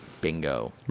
Bingo